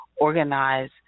organize